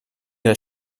der